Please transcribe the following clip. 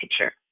picture